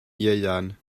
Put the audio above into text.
ieuan